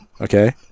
Okay